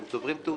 אתם צוברים תאוצה,